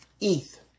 ETH